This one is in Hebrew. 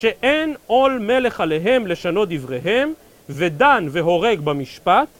שאין עול מלך עליהם לשנות דבריהם ודן והורג במשפט